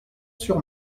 sur